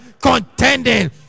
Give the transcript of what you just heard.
contending